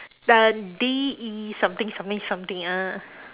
the D E something something something ah